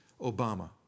Obama